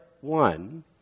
one